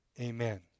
Amen